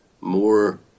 more